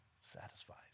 satisfies